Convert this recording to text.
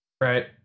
Right